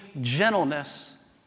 gentleness